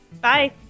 Bye